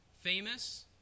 famous